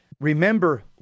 Remember